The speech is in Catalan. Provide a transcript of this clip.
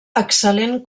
excel·lent